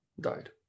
died